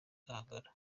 nkangara